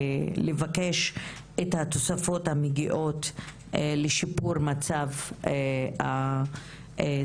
לבקש את התוספות המגיעות לשיפור מצב הסייעות.